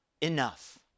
enough